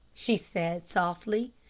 she said softly.